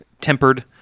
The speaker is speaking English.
tempered